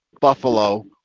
Buffalo